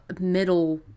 middle